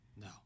No